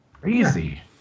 crazy